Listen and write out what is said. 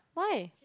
why